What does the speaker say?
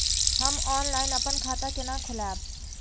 हम ऑनलाइन अपन खाता केना खोलाब?